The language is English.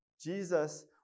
Jesus